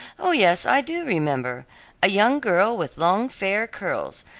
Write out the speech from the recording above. oh, yes, i do remember a young girl with long, fair curls.